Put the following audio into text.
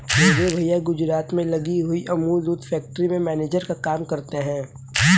मेरे भैया गुजरात में लगी हुई अमूल दूध फैक्ट्री में मैनेजर का काम करते हैं